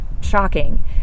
shocking